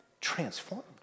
transformed